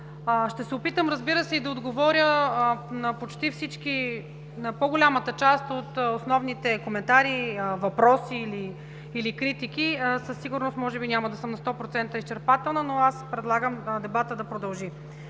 Ще се опитам, разбира се, да отговоря на почти всички, на по-голямата част от основните коментари, въпроси или критики. Със сигурност може би няма да съм на 100% изчерпателна, но предлагам дебатът да продължи.